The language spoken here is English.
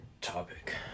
topic